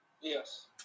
Yes